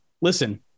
listen